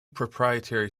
proprietary